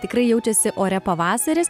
tikrai jaučiasi ore pavasaris